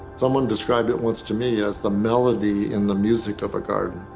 someone described it once to me as the melody in the music of a garden.